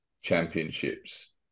championships